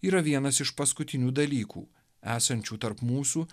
yra vienas iš paskutinių dalykų esančių tarp mūsų